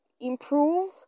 improve